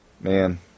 Man